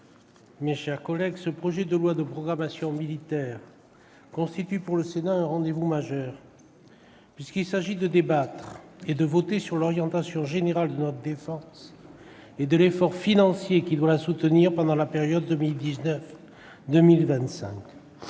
mes chers collègues, ce projet de loi de programmation militaire constitue pour le Sénat un rendez-vous majeur, puisqu'il s'agit de débattre et de voter l'orientation générale de notre défense et l'effort financier qui doit la soutenir, au cours de la période 2019-2025.